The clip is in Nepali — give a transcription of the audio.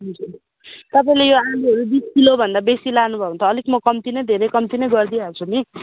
हजुर तपाईँले यो आलुहरू बिस किलो भन्दा बेसी लानुभयो भने म अलिक कम्ती नै धेरै कम्ती नै गरिदिइहाल्छु नि